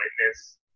witness